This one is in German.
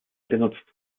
genutzt